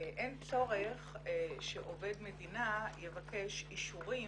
אין צורך שעובד מדינה יבקש אישורים